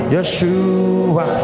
Yeshua